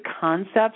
concepts